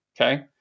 Okay